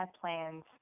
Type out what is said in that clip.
plans